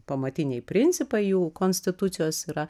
pamatiniai principai jų konstitucijos yra